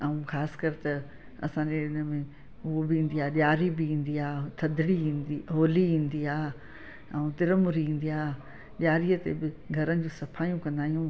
ऐं ख़ासि कर त असांजे इनमें उहो बि ईंदी आहे ॾियारी बि ईंदी आहे थदरी ईंदी होली ईंदी आहे ऐं तिर मूरी ईंदी आहे ॾियारीअ ते बि घरनि जो सफ़ाइयूं कंदा आहियूं